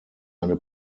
eine